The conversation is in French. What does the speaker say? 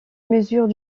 mesure